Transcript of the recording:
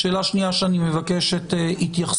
שאלה שנייה שאני מבקש את התייחסותך,